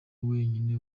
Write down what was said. wenyine